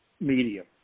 medium